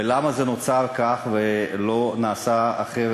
ולמה זה נוצר כך ולא נעשה אחרת,